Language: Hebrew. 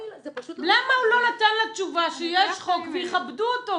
למה הוא לא נתן לה תשובה שיש חוק ויכבדו אותו?